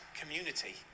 community